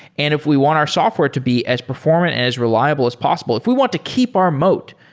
and if we want our software to be as perform and as reliable as possible, if we want to keep our moat,